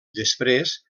després